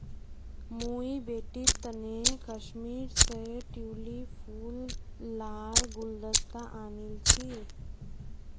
मुई बेटीर तने कश्मीर स ट्यूलि फूल लार गुलदस्ता आनील छि